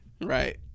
right